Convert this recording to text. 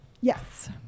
Yes